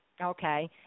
Okay